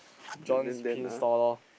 then then then ah